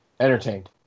entertained